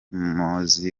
mowzey